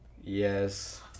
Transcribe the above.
Yes